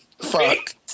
Fuck